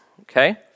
okay